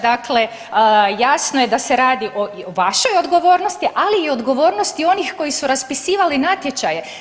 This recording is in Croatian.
Dakle, jasno je da se radi o vašoj odgovornosti, ali i odgovornosti onih koji su raspisivali natječaje.